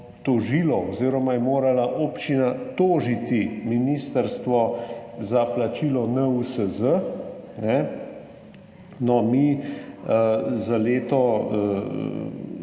oziroma je morala občina tožiti ministrstvo za plačilo NUSZ. Za leto